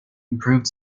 improved